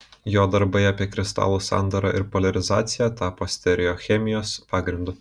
jo darbai apie kristalų sandarą ir poliarizaciją tapo stereochemijos pagrindu